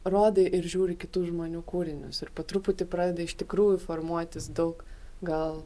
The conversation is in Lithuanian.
rodai ir žiūri kitų žmonių kūrinius ir po truputį pradeda iš tikrųjų formuotis daug gal